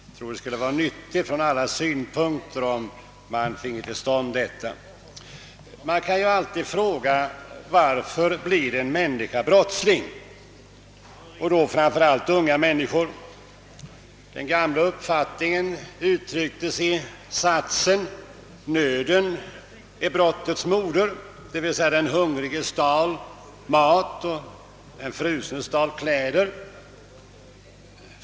Jag tror det skulle vara nyttigt om vi finge en sådan forskning. Man kan alltid fråga varför en människa — och framför allt en ung människa — blir brottsling. Den gamla uppfattningen uttrycktes i satsen »Nöden är brottets moder», d. v. s. den hungrige stal mat och den frusne stal kläder.